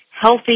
healthy